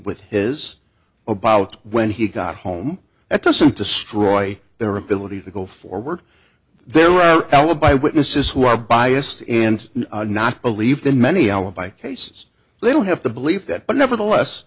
with his about when he got home that doesn't destroy their ability to go for work they're alibi witnesses who are biased and not believed in many alibi cases they don't have to believe that but nevertheless